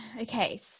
Okay